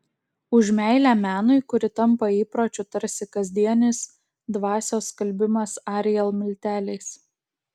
už meilę menui kuri tampa įpročiu tarsi kasdienis dvasios skalbimas ariel milteliais